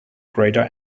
greater